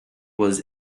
was